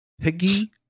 Piggy